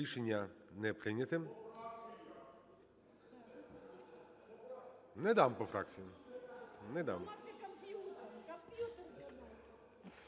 Рішення не прийнято. Не дам по фракціям, не дам.